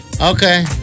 Okay